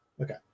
Okay